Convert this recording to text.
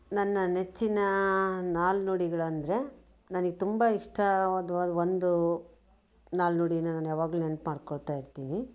ನನ್ನ ನೆಚ್ಚಿನ ನಾಣ್ಣುಡಿಗಳಂದರೆ ನನಗೆ ತುಂಬ ಇಷ್ಟವಾದ ಒಂದು ನಾಣ್ಣುಡಿನ ನಾನು ಯಾವಾಗಲೂ ನೆನಪು ಮಾಡಿಕೊಳ್ತ ಇರ್ತೀನಿ